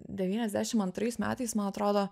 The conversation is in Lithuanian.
devyniasdešim antrais metais man atrodo